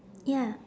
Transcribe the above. ya